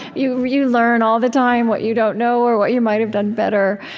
you you learn all the time what you don't know, or what you might have done better.